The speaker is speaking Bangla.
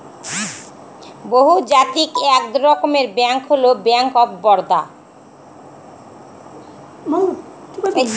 বহুজাতিক এক রকমের ব্যাঙ্ক হল ব্যাঙ্ক অফ বারদা